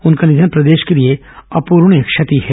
उनका निधन प्रदेश के लिये अप्रणीय क्षति है